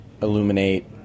illuminate